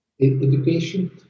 Education